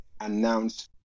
announce